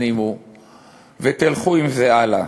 תפנימו ותלכו עם זה הלאה.